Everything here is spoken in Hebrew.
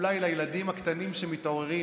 אולי לילדים הקטנים שמתעוררים.